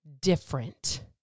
different